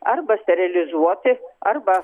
arba sterilizuoti arba